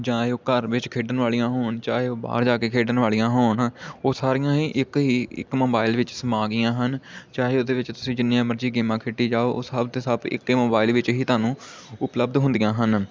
ਜਾਂ ਉਹ ਘਰ ਵਿੱਚ ਖੇਡਣ ਵਾਲੀਆਂ ਹੋਣ ਚਾਹੇ ਉਹ ਬਾਹਰ ਜਾ ਕੇ ਖੇਡਣ ਵਾਲੀਆਂ ਹੋਣ ਉਹ ਸਾਰੀਆਂ ਹੀ ਇੱਕ ਹੀ ਇੱਕ ਮੋਬਾਈਲ ਵਿੱਚ ਸਮਾ ਗਈਆਂ ਹਨ ਚਾਹੇ ਉਹਦੇ ਵਿੱਚ ਤੁਸੀਂ ਜਿੰਨੀਆਂ ਮਰਜ਼ੀ ਗੇਮਾਂ ਖੇਡੀ ਜਾਓ ਉਹ ਸਭ ਤੇ ਸਭ ਇੱਕ ਮੋਬਾਈਲ ਵਿੱਚ ਹੀ ਤੁਹਾਨੂੰ ਉਪਲਬਧ ਹੁੰਦੀਆਂ ਹਨ